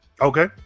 okay